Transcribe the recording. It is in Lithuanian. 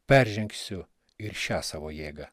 peržengsiu ir šią savo jėgą